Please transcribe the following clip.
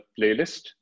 playlist